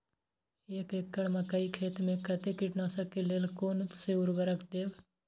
एक एकड़ मकई खेत में कते कीटनाशक के लेल कोन से उर्वरक देव?